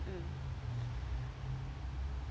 mm